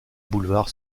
boulevard